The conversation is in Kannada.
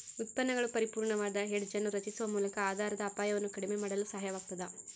ಉತ್ಪನ್ನಗಳು ಪರಿಪೂರ್ಣವಾದ ಹೆಡ್ಜ್ ಅನ್ನು ರಚಿಸುವ ಮೂಲಕ ಆಧಾರದ ಅಪಾಯವನ್ನು ಕಡಿಮೆ ಮಾಡಲು ಸಹಾಯವಾಗತದ